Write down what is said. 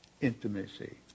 intimacy